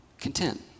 Content